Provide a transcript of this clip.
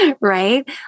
right